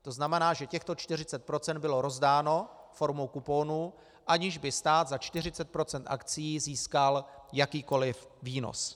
To znamená, že těchto 40 % bylo rozdáno formou kuponů, aniž by stát za 40 % akcií získal jakýkoliv výnos.